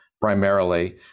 primarily